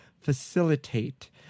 facilitate